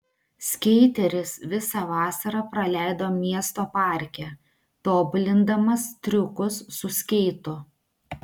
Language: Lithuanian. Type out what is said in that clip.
skeiteris visą vasarą praleido miesto parke tobulindamas triukus su skeitu